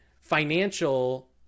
financial